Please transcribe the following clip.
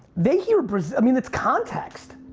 they hear brazil, i mean it's context.